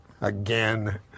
again